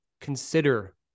consider